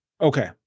okay